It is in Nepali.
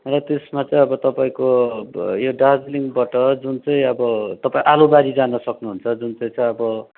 तर त्यसमा चाहिँ अब तपाईँको यो दार्जिलिङबाट जुन चाहिँ अब तपाईँ आलुबारी जानु सक्नुहुन्छ जुन चाहिँ चाहिँ अब